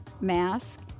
mask